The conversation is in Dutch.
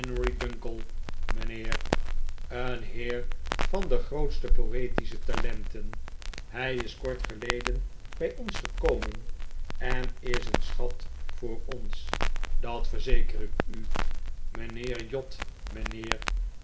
mijnheer een heer van de grootste poetische talenten hij is kprt geleden bij ons gekomen en is een schat voor ons dat verzeker ik u mijnheer jod mijnheer